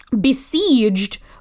besieged